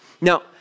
Now